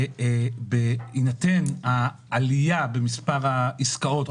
בהינתן העלייה במספר העסקאות,